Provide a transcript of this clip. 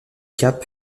cap